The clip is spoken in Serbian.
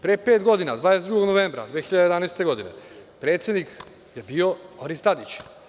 Pre pet godina, 22. novembra 2011. godine, predsednik je bio Boris Tadić.